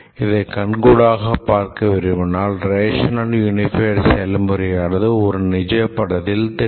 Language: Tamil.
இதை கண்கூடாக பார்க்க விரும்பினால் ரேஷனல் யுனிபைடு செயல்முறை ஆனது ஒரு நிஜ படத்தில் தெரியும்